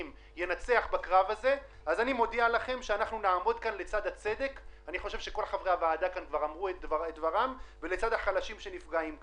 אז אנחנו הם אלה שנעמוד כאן לצד הצדק ולצד החלשים שנפגעים כאן.